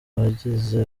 abagize